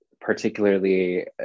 particularly